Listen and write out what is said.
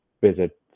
visit